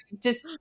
just-